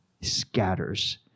scatters